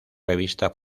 revista